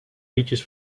liedjes